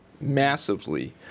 massively